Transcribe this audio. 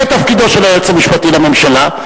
זה תפקידו של היועץ המשפטי לממשלה,